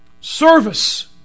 service